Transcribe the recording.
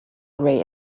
grey